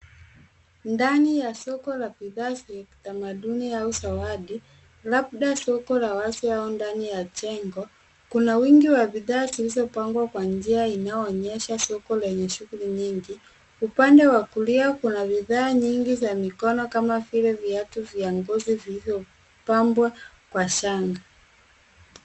Ndani ya soko la bidhaa za kitamaduni au zawadi labda soko la wazi au ndani ya jengo. Kuna wingi wa bidhaa zilizopangwa kwa njia inayoonyesha soko lenye shughuli nyingi. Upande wa kulia kuna bidhaa nyingi za mikono kama vile viatu vya ngozi vilivyopambwa kwa shanga.